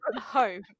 home